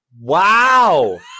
wow